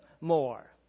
more